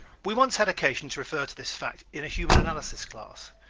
we once had occasion to refer to this fact in a human analysis class.